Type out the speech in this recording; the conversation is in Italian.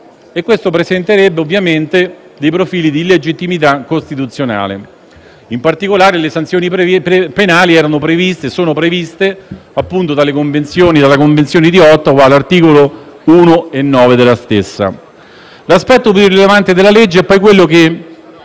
presenterebbe profili di illegittimità costituzionale. In particolare, le sanzioni penali sono previste dalla Convenzione di Ottawa agli articolo 1 e 9 della stessa. L'aspetto più rilevante della legge è quello che